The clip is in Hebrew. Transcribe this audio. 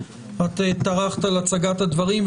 טרחת על הצגת הדברים.